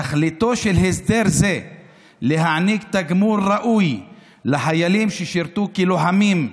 תכליתו של הסדר זה להעניק תגמול ראוי לחיילים ששירתו כלוחמים,